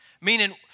meaning